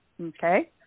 Okay